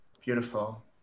Beautiful